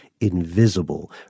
invisible